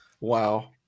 wow